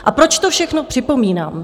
A proč to všechno připomínám?